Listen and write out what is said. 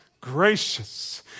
gracious